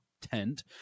tent